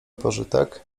pożytek